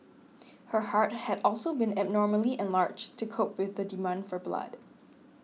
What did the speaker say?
her heart had also been abnormally enlarged to cope with the demand for blood